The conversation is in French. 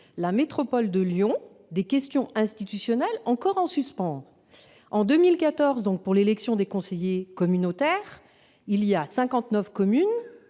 la métropole de Lyon, des questions institutionnelles sont « encore en suspens ». En 2014, l'élection des conseillers communautaires concernait 59 communes